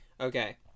okay